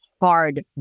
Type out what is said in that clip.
hard